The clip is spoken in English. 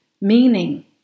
meaning